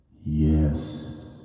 Yes